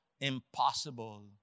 impossible